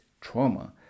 trauma